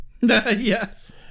yes